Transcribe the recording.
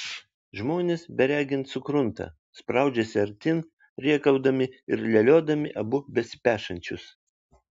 žmonės beregint sukrunta spraudžiasi artyn rėkaudami ir leliodami abu besipešančius